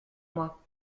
moi